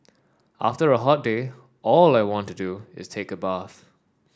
after a hot day all I want to do is take a bath